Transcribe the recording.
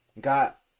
got